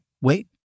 wait